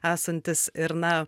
esantis ir na